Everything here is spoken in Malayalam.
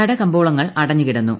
കടകമ്പോളങ്ങൾ അടഞ്ഞു കിടന്നു